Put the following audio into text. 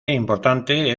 importante